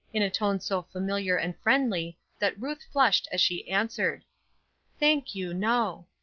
in a tone so familiar and friendly that ruth flushed as she answered thank you, no.